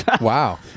Wow